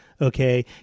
Okay